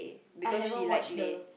I haven't watch the